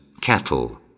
cattle